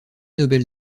nobel